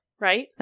right